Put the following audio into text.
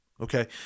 Okay